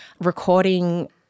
recording